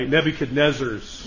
Nebuchadnezzar's